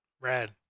Red